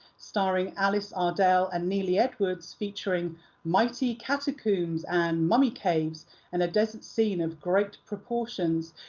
starring alice ardell and neely edwards featuring mighty catacombs, and mummy caves and a desert scene of great proportions.